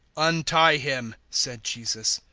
untie him, said jesus,